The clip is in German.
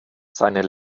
seine